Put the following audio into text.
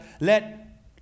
let